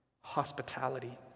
Hospitality